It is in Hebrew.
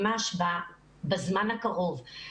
ממש בזמן הקרוב,